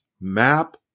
map